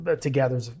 together